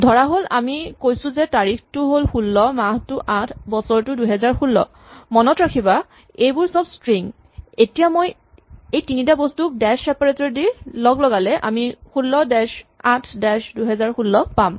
ধৰাহ'ল আমি কৈছো যে তাৰিখটো হ'ল ১৬ মাহটো ০৮ বছৰটো ২০১৬ মনত ৰাখিবা এইবোৰ চব স্ট্ৰিং এতিয়া মই এই তিনিটা বস্তুক ড্যেচ চেপাৰেটৰ দি লগলগালে আমি ১৬ ড্যেচ ০৮ ড্যেচ ২০১৬ পাম